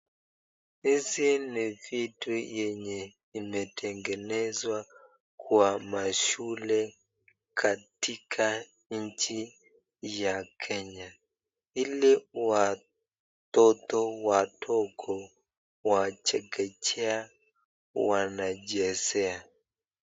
Hizi ni vitu yenye imetengenezwa kwa mashule katika nchi ya kenya, ili watoto wadogo wa chekechea wanachezea.